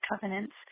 covenants